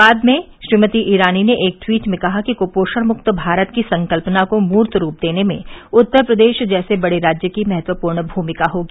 बाद में श्रीमती ईरानी ने एक ट्वीट में कहा कि कूपोषण मुक्त भारत की संकल्पना को मूर्त रूप देने में उत्तर प्रदेश जैसे बड़े राज्य की महत्वपूर्ण भूमिका होगी